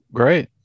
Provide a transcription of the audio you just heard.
great